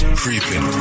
creeping